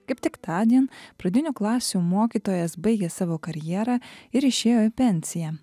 kaip tik tądien pradinių klasių mokytojas baigė savo karjerą ir išėjo į pensiją